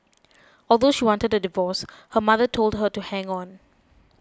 although she wanted a divorce her mother told her to hang on